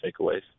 takeaways